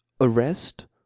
arrest